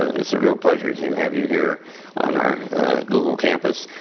it's a real pleasure to have you here on our google campus.